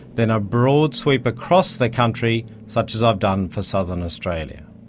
then a broad sweep across the country, such as i've done for southern australia.